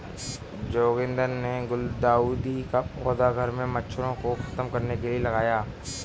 जोगिंदर ने गुलदाउदी का पौधा घर से मच्छरों को खत्म करने के लिए लगाया